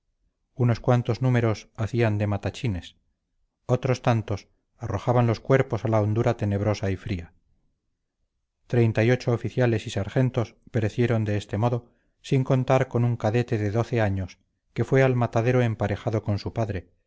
unos cuantos númeroshacían de matachines otros tantos arrojaban los cuerpos a la hondura tenebrosa y fría treinta y ocho oficiales y sargentos perecieron de este modo sin contar un cadete de doce años que fue al matadero emparejado con su padre